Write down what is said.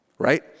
Right